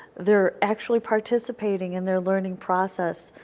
they are actually participating in their learning process.